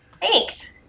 Thanks